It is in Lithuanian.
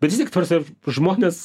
bet vis tiek ta prasme žmonės